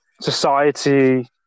society